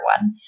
one